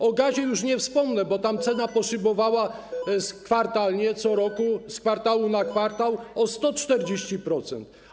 O gazie już nie wspomnę, bo tam cena poszybowała kwartalnie, z kwartału na kwartał o 140%.